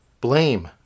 blame